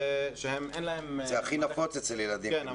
שאין להם --- זה הכי נפוץ אצל ילדים,